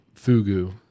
Fugu